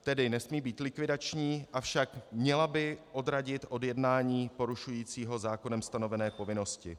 Tedy nesmí být likvidační, avšak měla by odradit od jednání porušujícího zákonem stanovené povinnosti.